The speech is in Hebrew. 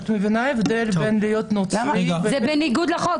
את מבינה את ההבדל בין להיות נוצרי --- זה בניגוד לחוק.